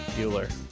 Bueller